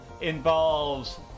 involves